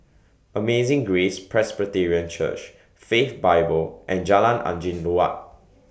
Amazing Grace Presbyterian Church Faith Bible and Jalan Angin Laut